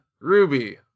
Ruby